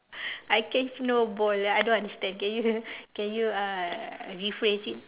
I catch no ball I don't understand can you can you uh rephrase it